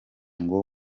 ngo